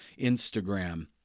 Instagram